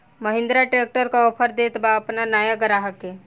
Mahindra tractor का offer देत बा अपना नया ग्राहक के?